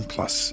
Plus